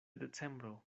decembro